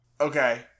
Okay